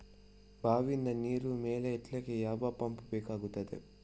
ಬಾವಿಯಿಂದ ನೀರು ಮೇಲೆ ಎತ್ತಲಿಕ್ಕೆ ಯಾವ ಪಂಪ್ ಬೇಕಗ್ತಾದೆ?